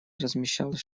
размещалась